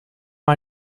hij